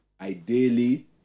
ideally